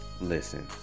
Listen